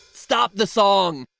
stop the song.